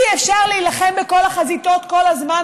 אי-אפשר להילחם בכל החזיתות כל הזמן,